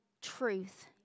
truth